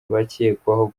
bakekwaho